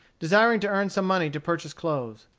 desiring to earn some money to purchase clothes.